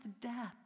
death